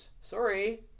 Sorry